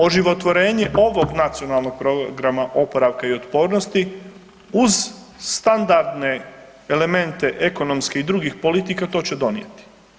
Oživotvorenje ovog Nacionalnog programa oporavka i otpornosti uz standardne elemente ekonomskih i drugih politika to će donijeti.